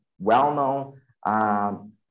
well-known